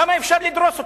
כמה אפשר לדרוס אותם?